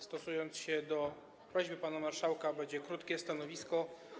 Stosuję się do prośby pana marszałka, będzie krótkie stanowisko.